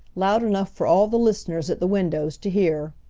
loud enough for all the listeners at the windows to hear.